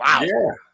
Wow